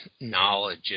knowledge